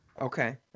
Okay